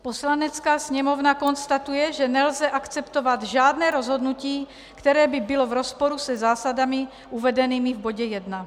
Poslanecká sněmovna konstatuje, že nelze akceptovat žádné rozhodnutí, které by bylo v rozporu se zásadami uvedenými v bodě I.